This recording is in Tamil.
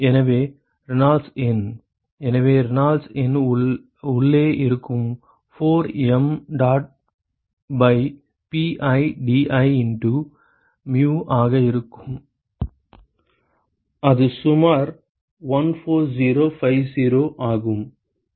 எனவே ரெனால்ட்ஸ் எண் எனவே ரெனால்ட்ஸ் எண் உள்ளே இருக்கும் 4 mdot pi pi di into mu ஆக இருக்கும் அது சுமார் 14050 ஆகும்